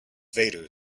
vader